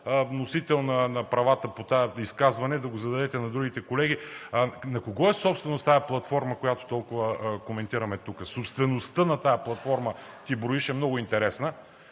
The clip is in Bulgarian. носител на правата за изказване, да го зададете на другите колеги: на кого е собственост тази платформа, която толкова коментираме тук? Собствеността на платформата „Ти броиш“ е много интересна.